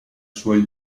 suoi